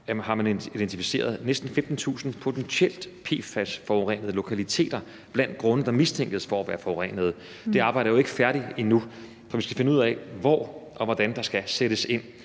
har man identificeret næsten 15.000 potentielt PFAS-forurenede lokaliteter blandt grunde, der mistænkes for at være forurenede. Det arbejde er jo ikke færdigt endnu, for vi skal finde ud af, hvor og hvordan der skal sættes ind.